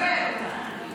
מוותרת, יפה.